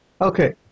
Okay